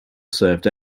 served